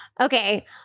Okay